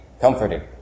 comforted